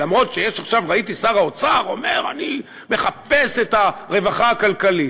אף שעכשיו ראיתי ששר האוצר אומר: אני מחפש את הרווחה הכלכלית.